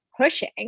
pushing